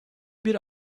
bir